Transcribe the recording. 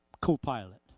co-pilot